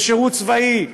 בשירות צבאי,